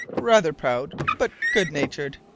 rather proud, but good-natured.